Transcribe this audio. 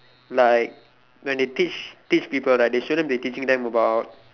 like when they teach teach people right they shouldn't be teaching them about